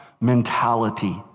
mentality